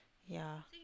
ya